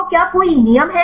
तो क्या कोई नियम हैं